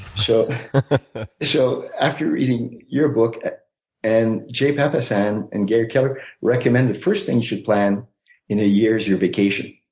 so so after reading your book and jay papasan and gary keller recommend the first thing you should plan in a year is your vacation.